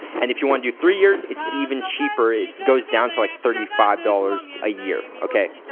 and if you wanna do three years it's even cheaper. it goes down to like thirty five dollars a year, okay?